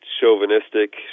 chauvinistic